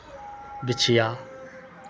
बिछिया